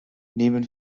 neben